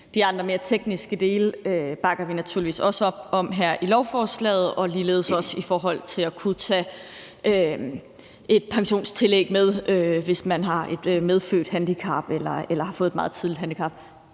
De andre, mere tekniske dele i lovforslaget her bakker vi naturligvis også op om og ligeledes også i forhold til at kunne tage et pensionstillæg med, hvis man har et medfødt handicap eller har fået et meget tidligt handicap.